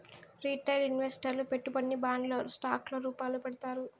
retail ఇన్వెస్టర్లు పెట్టుబడిని బాండ్లు స్టాక్ ల రూపాల్లో పెడతారు